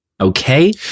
Okay